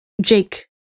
Jake